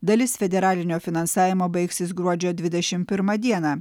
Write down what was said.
dalis federalinio finansavimo baigsis gruodžio dvidešim pirmą dieną